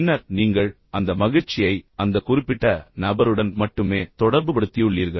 பின்னர் நீங்கள் அந்த மகிழ்ச்சியை அந்த குறிப்பிட்ட நபருடன் மட்டுமே தொடர்புபடுத்தியுள்ளீர்கள்